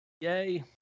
yay